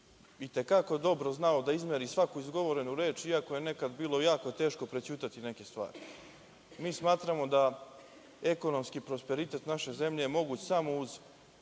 i te kako dobro znao da izmeri svaku izgovorenu reč, iako je nekada jako teško bilo prećutati neke stvari. Mi smatramo da ekonomski prosperitet naše zemlje može samo uz